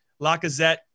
Lacazette